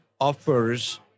offers